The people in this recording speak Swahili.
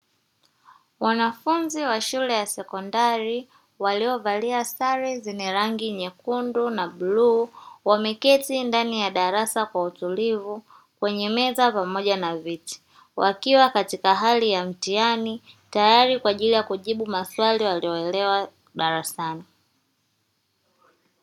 Wanafunzi wa shule ya sekondari waliovalia sare zenye rangi nyekundu na bluu wameketi ndani ya darasa kwa utulivu kwenye meza pamoja na viti wakiwa katika hali ya mtihani, tayari kwa kujibu maswali waliyoelewa darasani.